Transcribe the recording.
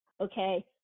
Okay